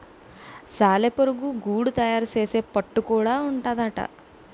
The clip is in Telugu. సాలెపురుగు గూడడు తయారు సేసే పట్టు గూడా ఉంటాదట